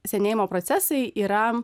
senėjimo procesai yra